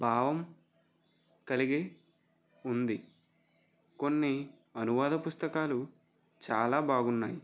భావం కలిగి ఉంది కొన్ని అనువాద పుస్తకాలు చాలా బాగా ఉన్నాయి